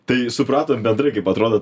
tai supratom bendrai kaip atrodo